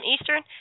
Eastern